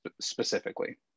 specifically